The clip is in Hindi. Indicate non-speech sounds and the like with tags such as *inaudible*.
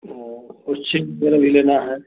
वह *unintelligible* भी लेना है